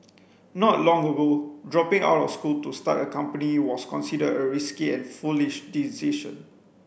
not long ago dropping out of school to start a company was considered a risky and foolish decision